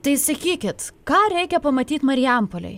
tai sakykit ką reikia pamatyt marijampolėj